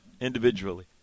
individually